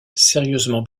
sérieusement